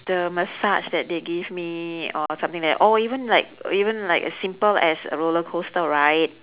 the massage that they give me or something like that or even like even like a simple as a roller coaster ride